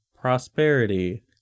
prosperity